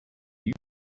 you